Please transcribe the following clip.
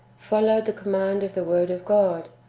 followed the command of the word of god,